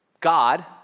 God